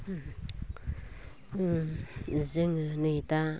जोङो नै दा